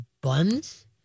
buns